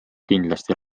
kindlasti